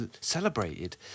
celebrated